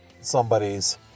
somebody's